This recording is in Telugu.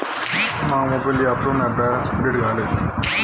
నా మొబైల్ యాప్లో నా బ్యాలెన్స్ అప్డేట్ కాలే